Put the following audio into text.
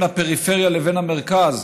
ובין הפריפריה לבין המרכז,